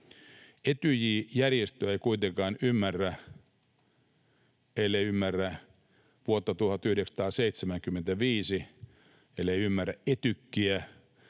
Etyj-järjestöä ei kuitenkaan ymmärrä, ellei ymmärrä vuotta 1975, ellei ymmärrä Etykiä,